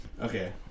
Okay